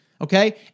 okay